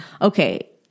Okay